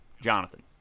Jonathan